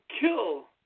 kill